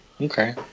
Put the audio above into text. Okay